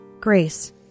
grace